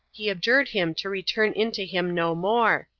he abjured him to return into him no more,